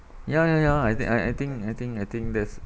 ya ya ya I think I I think I think I think that's